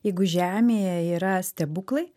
jeigu žemėje yra stebuklai